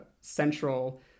central